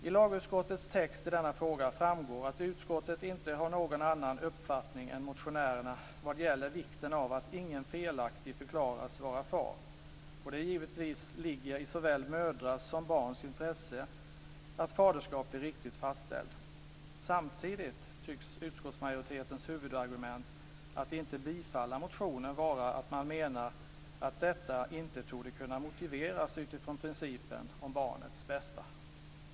I lagutskottets text i denna fråga framgår att utskottet inte har någon annan uppfattning än motionärerna vad gäller vikten av att ingen felaktigt förklaras vara far. Det ligger givetvis i såväl mödrars som barns intresse att faderskap blir riktigt fastställt. Samtidigt tycks utskottsmajoritetens huvudargument för att inte bifalla motionen vara att detta inte torde kunna motiveras utifrån principen om barnets bästa.